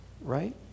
right